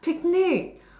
picnics